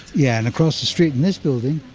yeah, and across the street in this building,